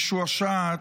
הקצת משועשעת,